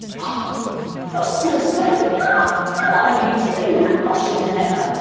your still standing up. how are you doing that? gosh you're clever.